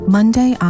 Monday